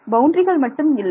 பவுண்டரிகள் மட்டும் இல்லை